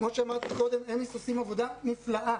כפי שאמרתי קודם, אמיס עושים עבודה נפלאה.